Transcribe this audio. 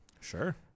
Sure